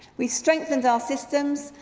we strengthened our systems.